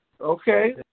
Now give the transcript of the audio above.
Okay